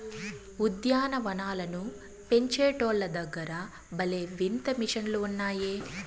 ఉద్యాన వనాలను పెంచేటోల్ల దగ్గర భలే వింత మిషన్లు ఉన్నాయే